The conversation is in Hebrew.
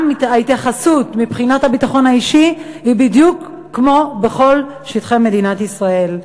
ההתייחסות מבחינת הביטחון האישי היא בדיוק כמו בכל שטחי מדינת ישראל.